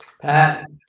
Pat